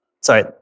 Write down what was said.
sorry